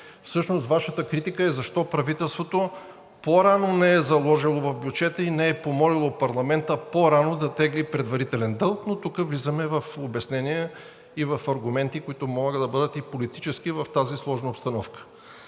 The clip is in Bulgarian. Всъщност Вашата критика е защо правителството по-рано не е заложило в бюджета и не е помолило парламента по-рано да тегли предварителен дълг, но тук влизаме в обяснения и в аргументи, които могат да бъдат и политически в тази сложна обстановка,